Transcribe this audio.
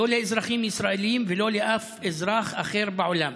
לא לאזרחים ישראלים ולא לאף אזרח אחר בעולם.